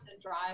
drive